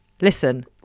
Listen